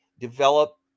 develop